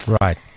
Right